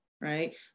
right